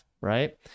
right